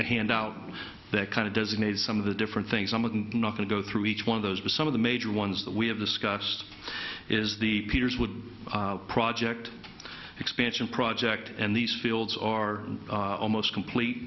a handout that kind of designate some of the different things i'm not going to go through each one of those but some of the major ones that we have discussed is the peters would project expansion project and these fields are almost complete